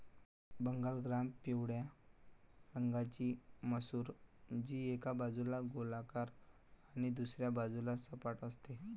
Bengal gram पिवळ्या रंगाची मसूर, जी एका बाजूला गोलाकार आणि दुसऱ्या बाजूला सपाट असते